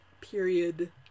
period